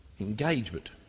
engagement